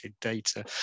data